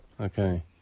Okay